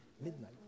midnight